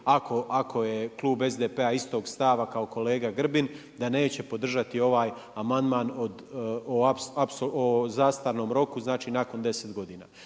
ako je klub SDP-a istog stava kao kolega Grbin da neće podržati ovaj amandman o zastarnom roku nakon deset godina.